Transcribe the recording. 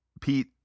Pete